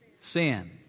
Sin